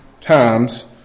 times